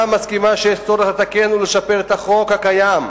מסכימה שיש צורך לתקן ולשפר את החוק הקיים.